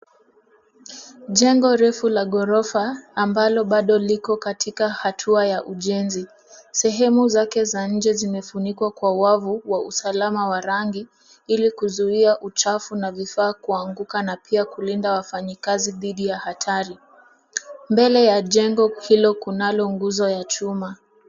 Jengo refu la ghorafa ambalo bado liko katika hatua ya ujenzi. Sehemu zake za nje zimefunikwa kwa wavu wa usalama wa rangi ili kuzuia uchafu na vifaa kuanguka na pia kulinda wafanyakazi didhi ya hatari. Mbele ya jengo hilo kunalo nguzo ya chuma.